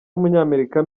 w’umunyamerika